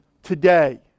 Today